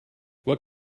what